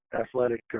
athletic